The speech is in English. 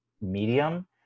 medium